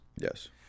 Yes